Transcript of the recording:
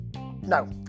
no